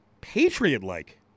Patriot-like